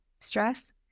stress